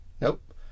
Nope